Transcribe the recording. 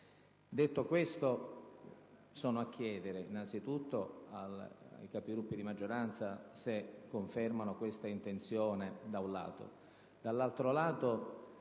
Detto questo, sono a chiedere ai Capigruppo di maggioranza se confermano questa intenzione, da un lato;